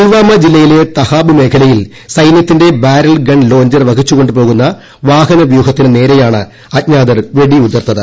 പുൽവാമ ജില്ലയിലെ തഹാബ് മേഖലയിൽ സൈനൃത്തിന്റെ ബാരൽ ഗൺ ലോഞ്ചർ വഹിച്ചുകൊണ്ടുവന്ന വാഹന വ്യൂഹത്തിന് നേരെയാണ് അജ്ഞാതർ വെടി ഉതിർത്തത്